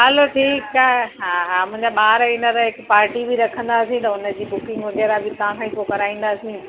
हलो ठीकु आहे हा हा मुंहिंजा ॿार ईंदा त हिकु पार्टी बि रखंदासीं त हुनजी बुकिंग वग़ैरह बि तव्हां खां ई पोइ कराईंदासीं